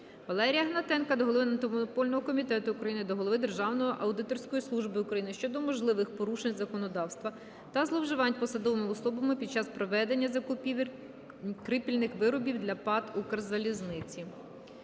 Валерія Гнатенка до голови Антимонопольного комітету України, до голови Державної аудиторської служби України щодо можливих порушень законодавства та зловживань посадовими особами під час проведення закупівель кріпильних виробів для ПАТ "Укрзалізниця".